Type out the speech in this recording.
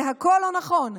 זה הכול לא נכון.